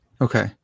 Okay